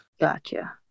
Gotcha